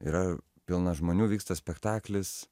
yra pilna žmonių vyksta spektaklis